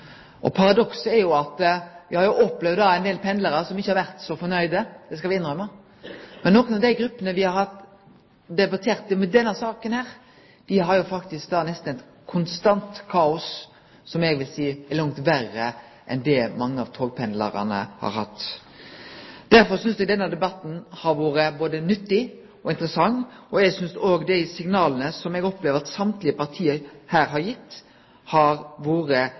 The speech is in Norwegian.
sentrum. Paradokset er at me har opplevd ein del pendlarar som ikkje har vore så fornøgde – det skal me innrømme – men nokre av dei gruppene me har debattert i denne saka, har jo nesten eit konstant kaos, som eg vil seie er langt verre enn det mange av togpendlarane har hatt. Derfor synest eg denne debatten har vore både nyttig og interessant, og eg synest òg dei signala eg opplever at alle parti har gitt, har vore